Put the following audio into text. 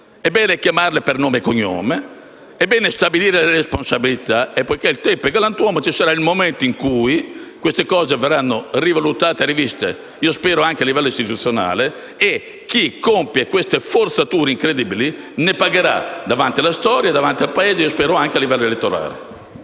è bene chiamarle per nome e cognome e stabilire le responsabilità. Poiché il tempo è galantuomo, ci sarà il momento in cui queste cose verranno rivalutate e riviste, spero anche a livello istituzionale, e chi compie queste forzature incredibili ne pagherà le conseguenze, davanti alla storia, davanti al Paese e spero anche a livello elettorale.